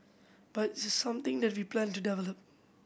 but it's something that we plan to develop